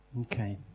okay